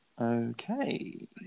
Okay